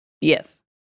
Yes